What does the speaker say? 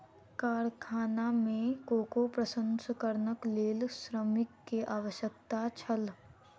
कारखाना में कोको प्रसंस्करणक लेल श्रमिक के आवश्यकता छल